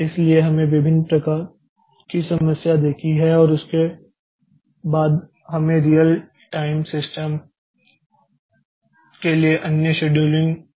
इसलिए हमने विभिन्न प्रकार की समस्या देखी है और उसके बाद हमें रियल टाइम सिस्टम्स के लिए अन्य शेड्यूलिंग नीतियां मिली हैं